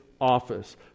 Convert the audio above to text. office